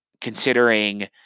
Considering